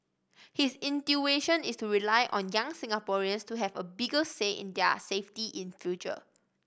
his intuition is to rely on young Singaporeans to have a bigger say in their safety in future